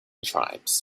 tribes